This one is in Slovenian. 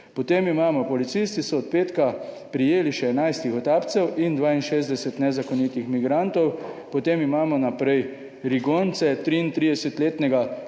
Potem imamo: "Policisti so od petka prijeli še 11 tihotapcev in 62 nezakonitih migrantov." Potem imamo naprej: "Rigonce. 33-letnega